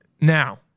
Now